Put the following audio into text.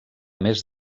més